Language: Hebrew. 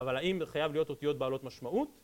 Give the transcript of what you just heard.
אבל האם חייב להיות אותיות בעלות משמעות?